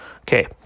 Okay